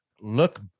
look